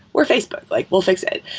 we're facebook. like we'll fix it.